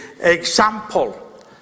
example